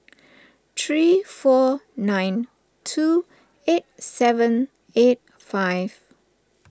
three four nine two eight seven eight five